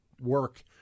work